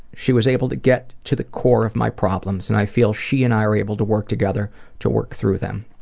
she was able to get to the core of my problems and i feel she and i are able to work together to work through them.